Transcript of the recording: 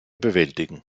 bewältigen